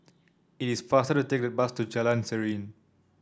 it is faster to take the bus to Jalan Serene